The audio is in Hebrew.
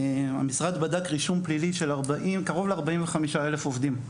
המשרד בדק רישום פלילי של קרוב ל-45,000 עובדים,